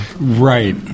Right